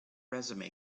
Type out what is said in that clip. resume